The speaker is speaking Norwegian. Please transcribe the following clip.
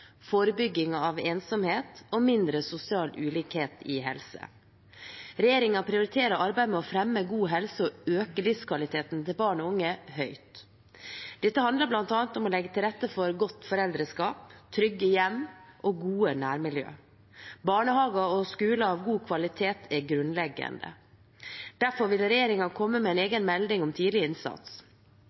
forebygging av ensomhet og mindre sosial ulikhet i helse. Regjeringen prioriterer arbeidet med å fremme god helse og øke livskvaliteten til barn og unge høyt. Dette handler bl.a. om å legge til rette for godt foreldreskap, trygge hjem og gode nærmiljø. Barnehager og skoler av god kvalitet er grunnleggende. Derfor vil regjeringen komme med en egen melding om tidlig innsats.